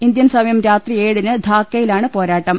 ഇന്ത്യൻസമയം രാത്രി ഏഴിന് ധാക്കയിലാണ് പോരാട്ടം